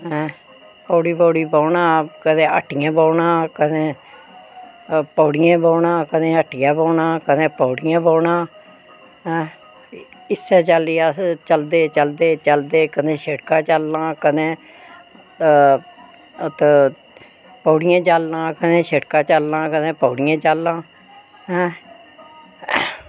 पौड़ी पौड़ी बौह्ना आं कदें हट्टियें बौह्ना आं पौड़ियें बौह्ना आं कदें हट्टियें बौह्ना आं कदें ऐं इस्सै चाल्ली अस चलदे चलदे कदें शिड़का चलना कदें उत्त पौड़ियें चलना कदें शिड़का चलना आं कदें पौड़ियें चलना आं ऐं